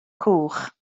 cwch